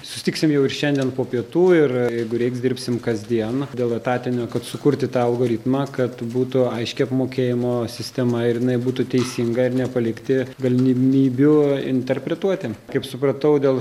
susitiksim jau ir šiandien po pietų ir jeigu reiks dirbsim kasdien dėl etatinio kad sukurti tą algoritmą kad būtų aiški apmokėjimo sistema ir jinai būtų teisinga ir nepalikti galimybių interpretuoti kaip supratau dėl